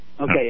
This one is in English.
Okay